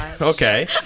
Okay